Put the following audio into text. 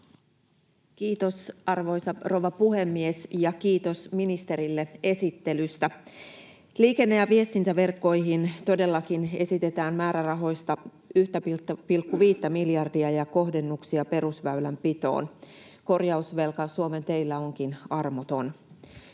Kiitos, arvoisa rouva puhemies! Ja kiitos ministerille esittelystä. Liikenne- ja viestintäverkkoihin todellakin esitetään määrärahoista 1,5:tä miljardia ja kohdennuksia perusväylänpitoon. Korjausvelka Suomen teillä onkin armoton.